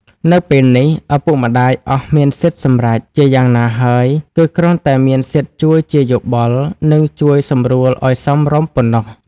នៅពេលនេះ ឪពុកម្ដាយអស់មានសិទ្ធិសម្រេចជាយ៉ាងណាហើយ គឺគ្រាន់តែមានសិទ្ធិជួយជាយោបល់ និងជួយសម្រួលឲ្យសមរម្យប៉ុណ្ណោះ ។